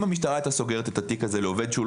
אם המשטרה היתה סוגרת את התיק הזה לעובד שאינו